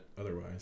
otherwise